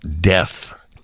death